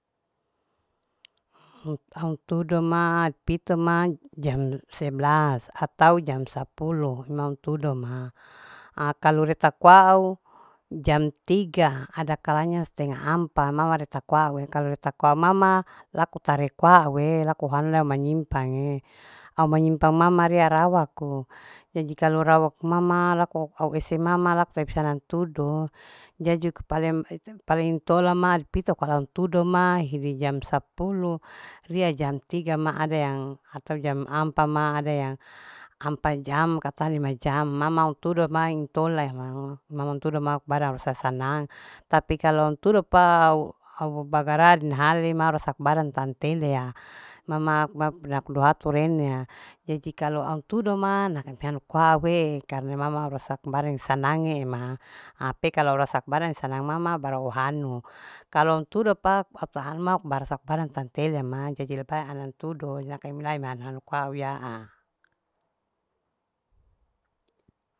au todo ma, au pito ma jam sebelas atau jam sapulu manguntudo ma ha kalu retak wau jam tiga ada kalanya stenga ampa mama retak wau kalu retak wau mama laku tarek waue laku hendak manyimpange au manyimpang mama rea rawa aku jadi kalu rawa mama laku au ese mama. lakue sanang tudo jadi paleng paleng intola ma sadi pito kalu intudo ma hidi jam sapulu ria jam tiga ma ada yang ator jam ampa ma ada yang ampa jam kata lima jam mama intudo main tola ma mama mintudo barang au rasa sanang tapi kalu untudo pa au bagaran hari ma rasa badan tantelea mama laku duatu renea jadi kalu autudo ma naka peanu koaue karena mama au rusak barang sanange ma tapi kalu rasak badan sanang mama baru au ohanu kalu untudo pak akta hanuma barasa badan tantelea ma jadi lebae anan tudo ilaka imilae miana lako hau iyaa.